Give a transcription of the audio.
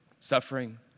suffering